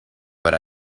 but